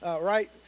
right